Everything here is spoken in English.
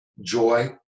joy